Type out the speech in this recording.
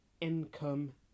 income